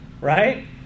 right